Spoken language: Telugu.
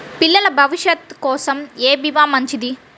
పిల్లల భవిష్యత్ కోసం ఏ భీమా మంచిది?